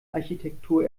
architektur